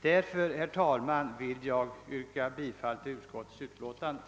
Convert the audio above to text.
Därför, herr talman, vill jag yrka bifall till utskottets hemställan.